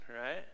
right